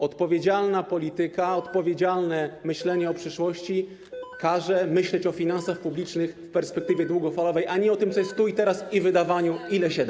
Odpowiedzialna polityka, odpowiedzialne podejście do przyszłości każą myśleć o finansach publicznych w perspektywie długofalowej, a nie o tym, co jest tu i teraz, i o wydawaniu, ile się da.